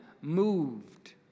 Moved